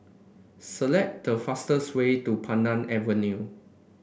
select the fastest way to Pandan Avenue